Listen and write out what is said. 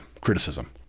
criticism